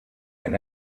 can